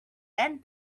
than